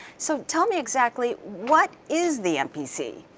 so tell me exactly, what is the mpc?